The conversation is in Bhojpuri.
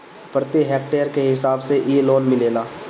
प्रति हेक्टेयर के हिसाब से इ लोन मिलेला